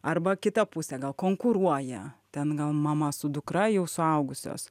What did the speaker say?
arba kita pusė gal konkuruoja ten gal mama su dukra jau suaugusios